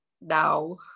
now